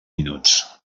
minuts